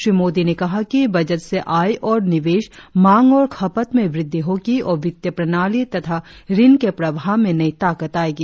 श्री मोदी ने कहा कि बजट से आय और निवेश मांग और खपत में वृद्धि होगी और वित्तीय प्रणाली तथा ऋण के प्रवाह में नई ताकत आएगी